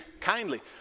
kindly